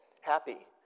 Happy